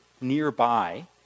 nearby